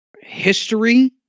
history